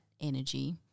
energy